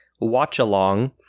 watch-along